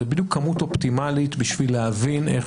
זו בדיוק כמות אופטימלית בשביל להבין איך